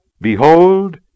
Behold